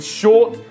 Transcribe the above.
short